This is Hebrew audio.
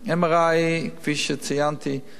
MRI, כפי שציינתי,